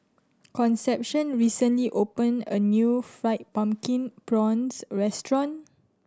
Concepcion recently opened a new Fried Pumpkin Prawns restaurant